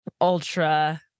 ultra